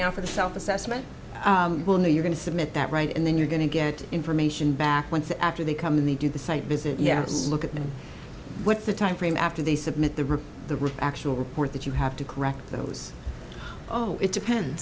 now for the self assessment will know you're going to submit that right and then you're going to get information back once after they come in they do the site visit yes look at them with the time frame after they submit the rip the rip actual report that you have to correct those oh it depends